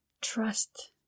Trust